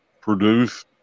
produce